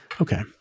Okay